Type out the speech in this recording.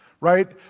right